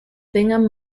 bingham